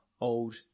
old